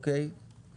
אנחנו